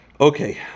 Okay